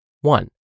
One